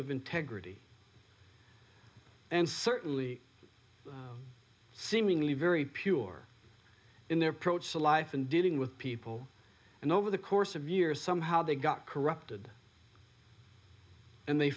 of integrity and certainly seemingly very pure in their produce a life and dealing with people and over the course of years somehow they got corrupted and they